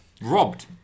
Robbed